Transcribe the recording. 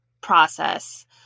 process